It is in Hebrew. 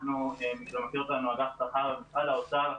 אנחנו, מי שמכיר אותנו, אגף שכר במשרד האוצר,